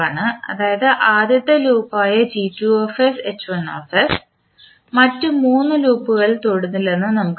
അതായത് ആദ്യത്തെ ലൂപ്പായ മറ്റ് 3 ലൂപ്പുകളിൽ തൊടുന്നില്ലെന്ന് നമുക്ക് എഴുതാം